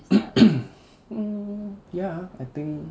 mm ya I think